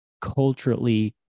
culturally